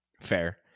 Fair